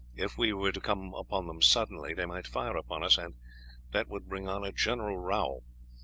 if we were to come upon them suddenly they might fire upon us, and that would bring on a general row.